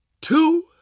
two